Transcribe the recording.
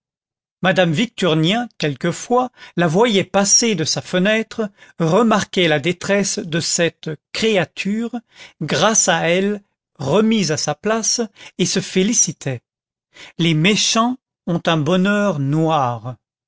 madame victurnien quelquefois la voyait passer de sa fenêtre remarquait la détresse de cette créature grâce à elle remise à sa place et se félicitait les méchants ont un bonheur noir